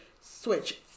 switch